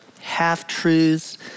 half-truths